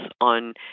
on